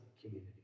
community